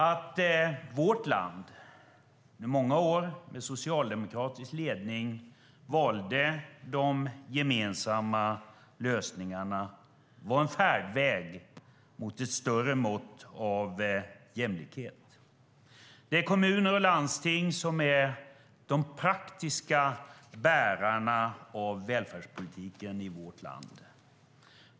Att vårt land under många år med socialdemokratisk ledning valde de gemensamma lösningarna var en färdväg mot ett större mått av jämlikhet. Det är kommuner och landsting som är de praktiska bärarna av välfärdspolitiken i vårt land.